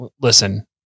listen